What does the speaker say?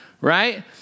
right